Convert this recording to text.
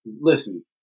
Listen